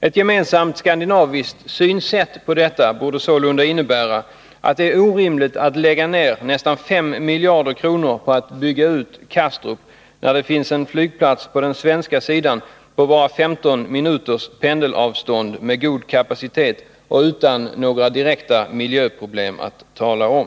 En gemensam skandinavisk syn på detta borde sålunda innebära att det är orimligt att lägga ned nästan 5 miljarder kronor på att bygga ut Kastrup, när det finns en flygplats på den svenska sidan, på bara 15 minuters pendelavstånd, med god kapacitet och utan några direkta miljöproblem att tala om.